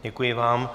Děkuji vám.